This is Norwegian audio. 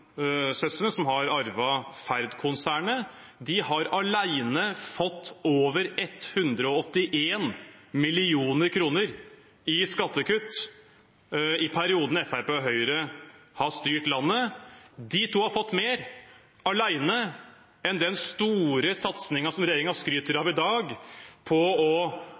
som har arvet Ferd-konsernet. De har alene fått over 181 mill. kr i skattekutt i den perioden Fremskrittspartiet og Høyre har styrt landet. De to alene har fått mer enn den store satsingen for å redusere fattigdommen blant barn i Norge som regjeringen skryter av i dag. Det er med respekt å